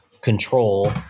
control